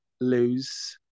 lose